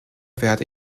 werde